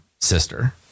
sister